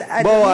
בואו,